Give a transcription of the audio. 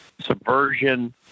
subversion